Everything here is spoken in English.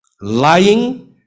lying